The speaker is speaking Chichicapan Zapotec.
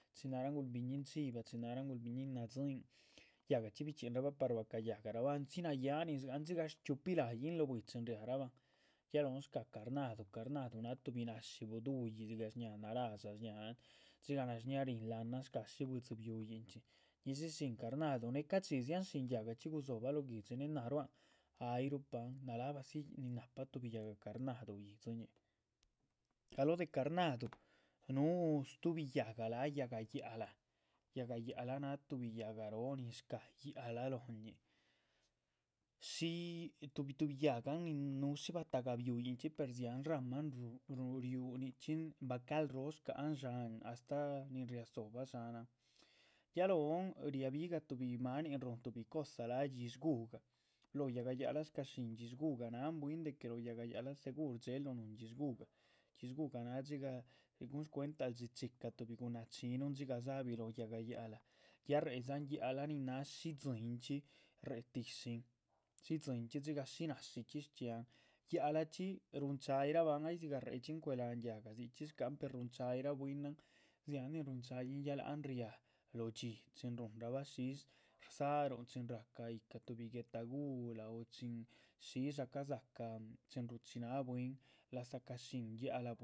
Chin narahngula biñín chiva chin narahngula biñín nadzín, yáhgachxi bichxínrabah par bayáhgaraabah andzi naýanin shgáhan dxigah shchxiupi láyihn. lóh bwíi chin riá rahban ya lóhon shca´ carnadu, carnadu náh tuhbi náshi buduhi dzigah shña´ narasha shñáhan dxigah nashñáaha ríhin láhanan shca´. shí buidzi bihuyin chxí ñidxi shín carnaduh néh ca´dxi dzianshin yágahchxi gudzobah loh guidxi néh náh ruáhan ayru pahan nala´badzi nin náhpa tuhbi yáhga. carnadu ruá yídziñih galóh de carnadu núhu stubi yáhga lác yáhga yáac´lah, yáhga yáac´lah náh tuhbi yáhga róh nin shca´ yáac´lah lóhiñi shí tuhbi tuhbi yáhgan nin. núhu shí batahga bihuyinchxí per dziáhan shrahman riú nichxín baca´l róh shcáhan dsháhan astáh nin ria dzóbah dshánahn ya lóhon ria´bigah tuhbi máanin rúhun tuhbi cosa. láac dxídsh gugah lóho yáhga yáac´lah shcá shín dxídsh gugah náhan bwín de que lóh yáhga yáac´lah segur shdxél luh núhun dxídsh gugah, dxídsh gugah náh dxigah. guhun shcuentaluh dxichicah tuhbi gunáhc chunun dxigah dzabih lóh yáhga yáac´lah ya rédzan yáac´lah nin náha shí dzíyin réhe ti´shin shí dzíyinchxi dxigah shí. náshichxi shchxiáhan yáac´lahchxi ruhun cha´yirabahn ay dzigah rehedxin cuelahan yáhga dzichxi shcahan per ruhun chaýirah bwínan dziáhan nin run cha´yin ya láhan. riá lóho dhxí chin rúhunrabha shis rdzaruhun chin ra´cah yíhca tuhbi guetaguhla o chin shísha cadza´cah chin ruchinaha bwín lazaca shín yáac´lah